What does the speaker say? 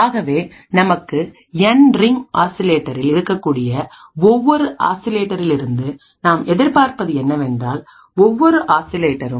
ஆகவேநமக்கு N ring ஆசிலேட்டரில் இருக்கக்கூடிய ஒவ்வொரு ஆசிலேட்டரில் இருந்து நாம் எதிர்பார்ப்பது என்னவென்றால் ஒவ்வொரு ஆசிலேட்டரும்